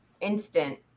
instant